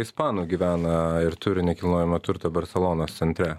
ispanų gyvena ir turi nekilnojamo turto barselonos centre